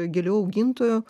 gėlių augintojų